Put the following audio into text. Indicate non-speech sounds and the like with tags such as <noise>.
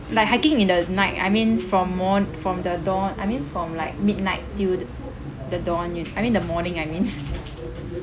like hiking in the night I mean from morn~ from the dawn I mean from like midnight til the the dawn you I mean the morning I mean <laughs>